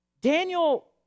Daniel